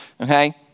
okay